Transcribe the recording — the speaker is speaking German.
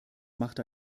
macht